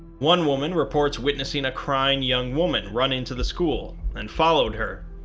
one woman reports witnessing a crying young woman run into the school, and followed her.